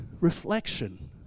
reflection